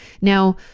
Now